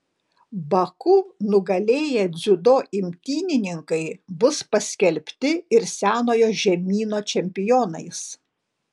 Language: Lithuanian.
baku nugalėję dziudo imtynininkai bus paskelbti ir senojo žemyno čempionais